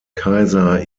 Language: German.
kaiser